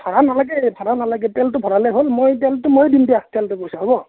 ভাড়া নালাগে ভাড়া নালাগে তেলটো ভৰালেই হ'ল মই তেলটো মই দিম দিয়া তেলটোৰ পইচা হ'ব